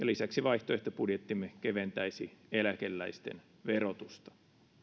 lisäksi vaihtoehtobudjettimme keventäisi eläkeläisten verotusta